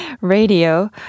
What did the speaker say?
radio